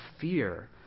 fear